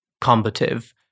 combative